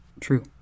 True